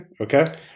Okay